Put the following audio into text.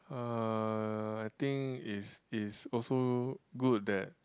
uh I think is is also good that